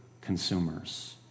consumers